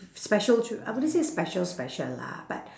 special childr~ I wouldn't say special special lah but